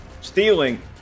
stealing